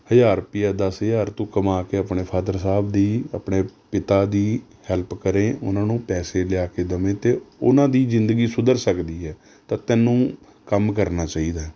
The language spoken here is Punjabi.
ਹਜ਼ਾਰ ਰੁਪਿਆ ਦਸ ਹਜ਼ਾਰ ਤੂੰ ਕਮਾ ਕੇ ਆਪਣੇ ਫਾਦਰ ਸ੍ਹਾਬ ਦੀ ਆਪਣੇ ਪਿਤਾ ਦੀ ਹੈਲਪ ਕਰੇ ਉਨ੍ਹਾਂ ਨੂੰ ਪੈਸੇ ਲਿਆ ਕੇ ਦਵੇ ਅਤੇ ਉਨ੍ਹਾਂ ਦੀ ਜ਼ਿੰਦਗੀ ਸੁਧਰ ਸਕਦੀ ਹੈ ਤਾਂ ਤੈਨੂੰ ਕੰਮ ਕਰਨਾ ਚਾਹੀਦਾ ਹੈ